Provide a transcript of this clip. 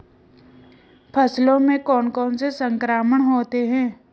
फसलों में कौन कौन से संक्रमण होते हैं?